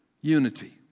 Unity